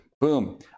boom